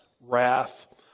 wrath